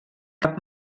cap